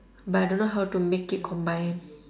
but I don't know how to make it combine